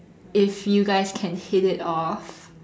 if you guys can hit it off